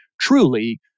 truly